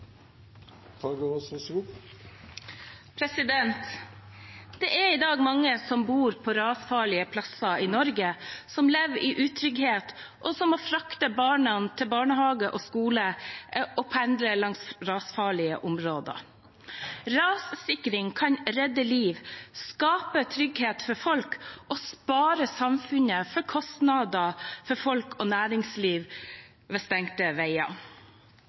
i dag mange som bor på rasfarlige plasser i Norge, som lever i utrygghet, og som må frakte barna til barnehage og skole og pendle langs rasfarlige områder. Rassikring kan redde liv, skape trygghet for folk og spare samfunnet, folk og næringsliv for kostnader ved stengte veier. Regjeringen må ha en plan for å skred- og